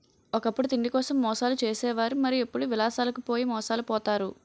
ఒకప్పుడు తిండికోసం మోసాలు చేసే వారు మరి ఇప్పుడు విలాసాలకు పోయి మోసాలు పోతారు